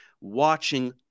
watching